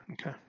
Okay